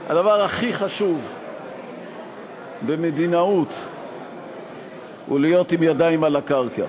הדבר הכי חשוב במדינאות הוא להיות עם ידיים על הקרקע.